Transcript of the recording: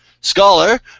Scholar